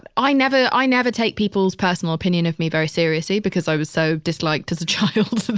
i never, i never take people's personal opinion of me very seriously because i was so disliked as a child, so